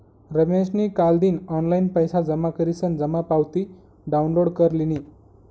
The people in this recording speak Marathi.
रमेशनी कालदिन ऑनलाईन पैसा जमा करीसन जमा पावती डाउनलोड कर लिनी